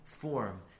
form